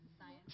science